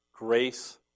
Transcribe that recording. grace